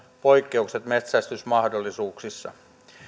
poikkeukset metsästysmahdollisuuksissa